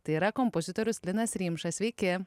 tai yra kompozitorius linas rimša sveiki